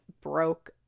broke